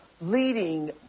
leading